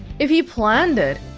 if he planned it,